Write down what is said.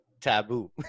taboo